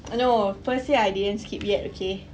no first year I didn't skip yet okay